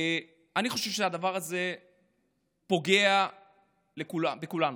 אני חושב שהדבר הזה פוגע בכולנו.